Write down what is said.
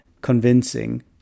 convincing